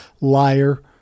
liar